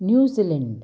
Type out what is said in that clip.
New Zealand